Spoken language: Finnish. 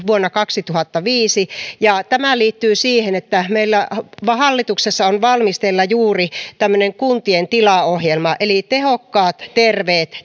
vuonna kaksituhattaviisi ja tämä liittyy siihen että meillä hallituksessa on valmisteilla juuri tämmöinen kuntien tilaohjelma eli tehokkaat terveet